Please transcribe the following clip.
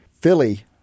Philly